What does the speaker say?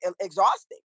exhausting